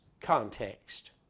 context